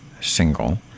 single